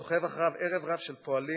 הסוחב אחריו ערב-רב של פועלים,